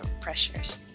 pressures